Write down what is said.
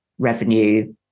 Revenue